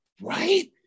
right